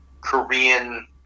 Korean